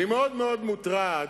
אני מאוד מאוד מוטרד,